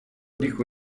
dico